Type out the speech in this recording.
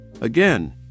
Again